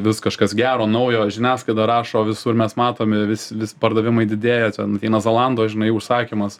vis kažkas gero naujo žiniasklaida rašo visur mes matomi vis vis pardavimai didėja ten ateina zalando žinai užsakymas